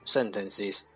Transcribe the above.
Sentences